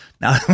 now